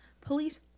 police